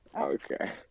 Okay